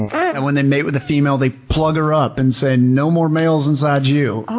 and when they mate with the female, they plug her up and say, no more males inside you!